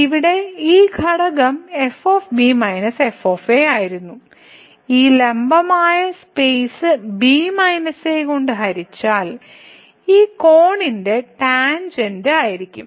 ഇവിടെ ഈ ഘടകം f - f ആയിരുന്നു ഈ ലംബമായി സ്പേസ് b - a കൊണ്ട് ഹരിച്ചാൽ ഈ കോണിന്റെ ടാൻജെന്റ് ആയിരിക്കും